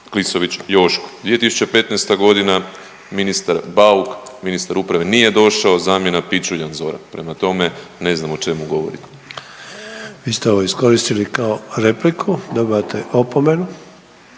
Klisović Joško. 2015. godina ministar Bauk, ministar uprave nije došao zamjena Pičuljan Zoran. Prema tome ne znam o čemu govori. **Sanader, Ante (HDZ)** Vi ste ovo iskoristili kao repliku, dobivate opomenu.